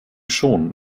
schon